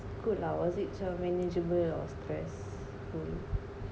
good lah was it a macam manageable or stressful